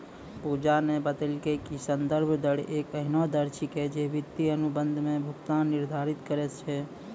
पूजा न बतेलकै कि संदर्भ दर एक एहनो दर छेकियै जे वित्तीय अनुबंध म भुगतान निर्धारित करय छै